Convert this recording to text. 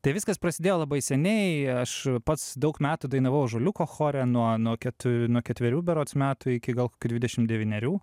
tai viskas prasidėjo labai seniai aš pats daug metų dainavau ąžuoliuko chore nuo nuo ketu nuo ketverių berods metų iki gal kokių dvidešim devynerių